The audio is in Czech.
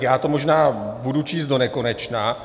Já to možná budu číst donekonečna.